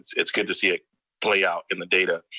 it's good to see it play out in the data.